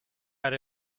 ara